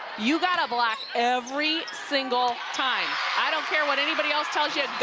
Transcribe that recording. you got to block every single time i don't care what anybody else tells you,